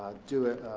do it,